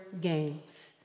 games